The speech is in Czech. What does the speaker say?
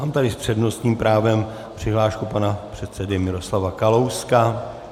Mám tady s přednostním právem přihlášku pana předsedy Miroslava Kalouska.